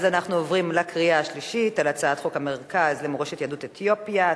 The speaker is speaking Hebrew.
אז אנחנו עוברים לקריאה שלישית של הצעת חוק המרכז למורשת יהדות אתיופיה,